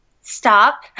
stop